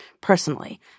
personally